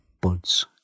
buds